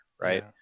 right